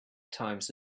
times